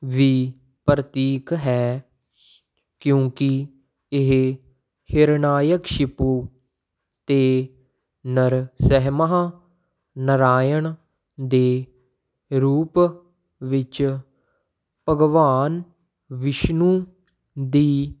ਵੀ ਪ੍ਰਤੀਕ ਹੈ ਕਿਉਂਕਿ ਇਹ ਹਿਰਣਾਇਕ ਸ਼ਿਪੂ ਅਤੇ ਨਰਸਿਮਹਾ ਨਾਰਾਇਣ ਦੇ ਰੂਪ ਵਿੱਚ ਭਗਵਾਨ ਵਿਸ਼ਨੂੰ ਦੀ